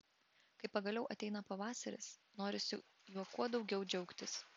kai pagaliau ateina pavasaris norisi juo kuo daugiau džiaugtis